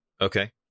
Okay